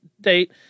date